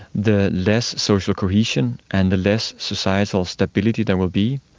the less social cohesion and the less societal stability there will be.